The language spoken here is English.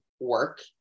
work